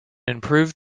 improved